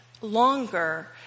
longer